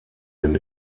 den